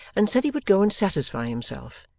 and said he would go and satisfy himself,